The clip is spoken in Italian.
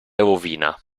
rovina